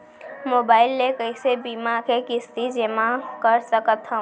Mobile ले कइसे बीमा के किस्ती जेमा कर सकथव?